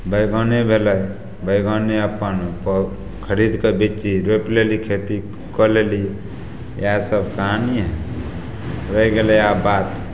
बैगने भेलै बैगने अपन खरिदकऽ बिच्ची रोपि लेली खेती कऽ लेली इएहसब कहानी हइ रहि गेलै आब बात